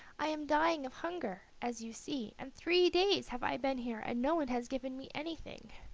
i am dying of hunger, as you see, and three days have i been here and no one has given me anything.